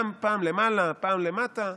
גם פעם למעלה, פעם למטה,